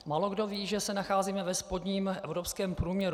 Málokdo ví, že se nacházíme ve spodním evropském průměru.